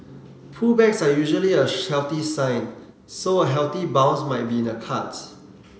pullbacks are usually a healthy sign so a healthy bounce might be in the cards